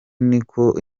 niko